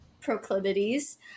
proclivities